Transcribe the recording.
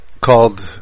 called